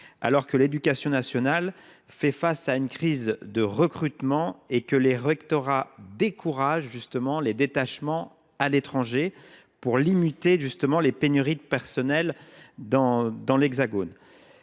alors que l’éducation nationale fait face à une crise de recrutement et que les rectorats découragent les détachements à l’étranger afin de limiter les pénuries de personnel dans l’Hexagone.